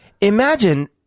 Imagine